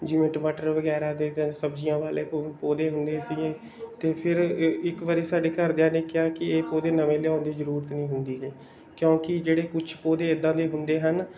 ਜਿਵੇਂ ਟਮਾਟਰ ਵਗੈਰਾ ਦੇ ਅਤੇ ਸਬਜ਼ੀਆਂ ਵਾਲੇ ਪੌ ਪੌਦੇ ਹੁੰਦੇ ਸੀਗੇ ਅਤੇ ਫਿਰ ਇ ਇੱਕ ਵਾਰੀ ਸਾਡੇ ਘਰਦਿਆਂ ਨੇ ਕਿਹਾ ਕਿ ਇਹ ਪੌਦੇ ਨਵੇਂ ਲਿਆਉਣ ਦੀ ਜ਼ਰੂਰਤ ਨਹੀਂ ਹੁੰਦੀ ਕਿਉਂਕਿ ਜਿਹੜੇ ਕੁਛ ਪੌਦੇ ਇੱਦਾਂ ਦੇ ਹੁੰਦੇ ਹਨ